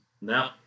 No